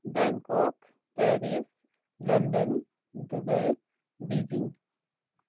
Bangkok Paris London Dubai Beijing